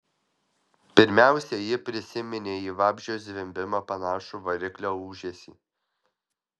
pirmiausia ji prisiminė į vabzdžio zvimbimą panašų variklio ūžesį